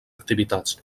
activitats